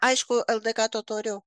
aišku ldk totorių